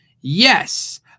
Yes